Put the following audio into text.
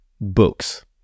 books